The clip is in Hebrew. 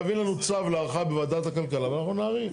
יביאו לנו צו להארכה בוועדת הכלכלה ואנחנו נאריך.